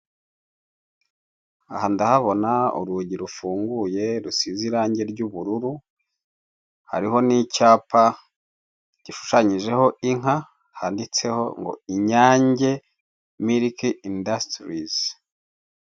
Aha ndahabona urugi rufunguye rusize irange ry'ubururu, hariho n'icyapa gishushanyijeho inka handitseho ngo inyange milike indasitirizi.